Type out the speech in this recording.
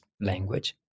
language